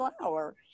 flower